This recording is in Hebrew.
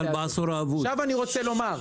עכשיו אני רוצה לומר,